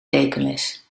tekenles